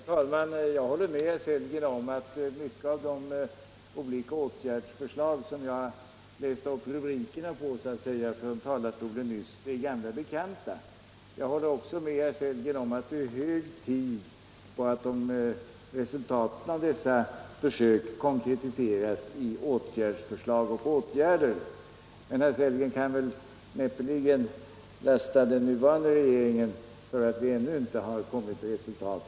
Herr talman! Jag håller med herr Sellgren om att de olika förslag på åtgärder som jag nyss från talarstolen så att säga läste upp rubrikerna på är gamla bekanta. Likaså håller jag med herr Sellgren om att det är hög tid att resultaten av de försök som gjorts konkretiseras i åtgärdsförslag och åtgärder. Men herr Sellgren kan näppeligen lasta den nuvarande regeringen för att vi ännu inte har nått några resultat.